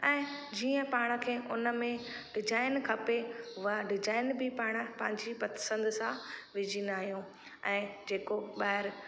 ऐं जीअं पाण खे उन में डिजाईन खपे उहा डिजाइन बि पाण पंहिंजी पसंदि सां विझंदा आहियूं ऐं जेको ॿाहिरि